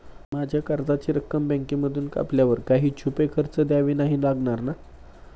माझ्या कर्जाची रक्कम बँकेमधून कापल्यावर काही छुपे खर्च द्यावे नाही लागणार ना?